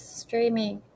streaming